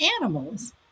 animals